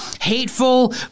hateful